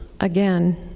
again